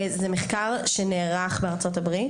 זה מחקר שנערך בארצות הברית.